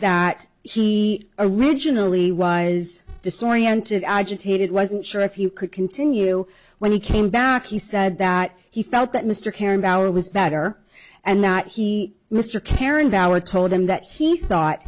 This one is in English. that he originally was disoriented agitated wasn't sure if you could continue when he came back he said that he felt that mr karen bauer was better and that he mr karen ballard told him that he thought